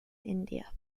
india